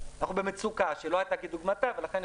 אנחנו במצוקה שלא הייתה כדוגמה ולכן,